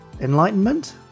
Enlightenment